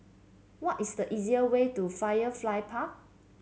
what is the easier way to Firefly Park